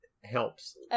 helps